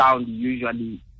usually